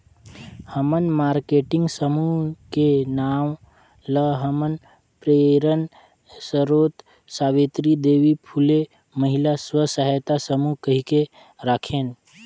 हमन मारकेटिंग समूह के नांव ल हमर प्रेरन सरोत सावित्री देवी फूले महिला स्व सहायता समूह कहिके राखेन